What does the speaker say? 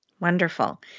Wonderful